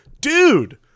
Dude